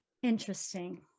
interesting